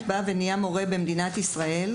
עולה לארץ ונהיה מורה במדינת ישראל.